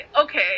okay